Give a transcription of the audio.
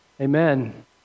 Amen